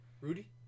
Rudy